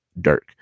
dirk